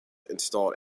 installed